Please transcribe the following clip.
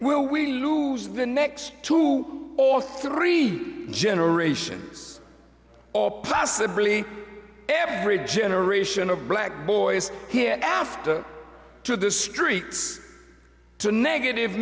will we lose the next two or three generations or possibly every generation of black boys here after to the streets to negative